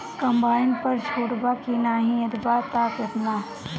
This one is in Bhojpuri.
कम्बाइन पर छूट बा की नाहीं यदि बा त केतना?